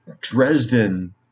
Dresden